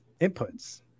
Inputs